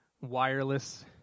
wireless